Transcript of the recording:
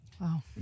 Wow